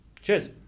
cheers